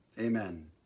Amen